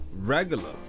regular